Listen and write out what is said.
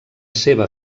seva